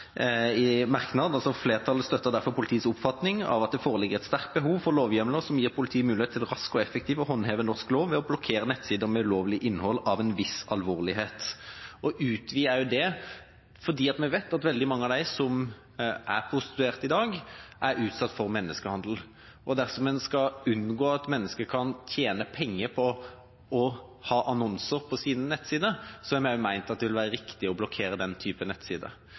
støtter derfor politiets oppfatning av at det foreligger et sterkt behov for lovhjemler som gir politiet mulighet til raskt og effektivt å håndheve norsk lov ved å blokkere nettsider med ulovlig innhold av en viss alvorlighet.» Vi ønsker å utvide også det fordi vi vet at veldig mange av dem som er prostituerte i dag, er utsatt for menneskehandel, og dersom en skal unngå at mennesker kan tjene penger på annonser på sine nettsider, mener vi også det vil være riktig å blokkere den type